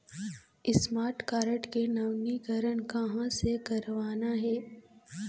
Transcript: Smart card के नवीनीकरण कहां से करवाना हे?